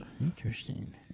Interesting